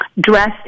dressed